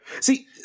See